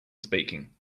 speaking